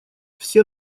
все